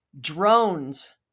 Drones